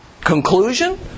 Conclusion